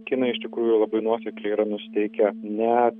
kinai iš tikrųjų labai nuosekliai yra nusiteikę ne